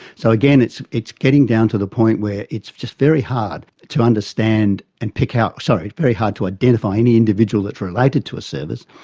so again, it's it's getting down to the point where it's just very hard to understand and pick out, sorry, very hard to identify any individual that is related to a service.